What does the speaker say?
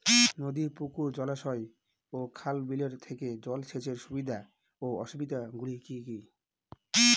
নদী পুকুর জলাশয় ও খাল বিলের থেকে জল সেচের সুবিধা ও অসুবিধা গুলি কি কি?